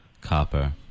copper